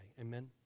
Amen